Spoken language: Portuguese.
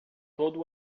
todo